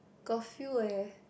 got few eh